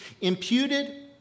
imputed